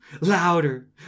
Louder